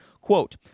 Quote